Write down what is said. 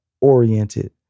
oriented